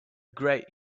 great